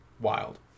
wild